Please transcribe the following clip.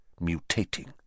mutating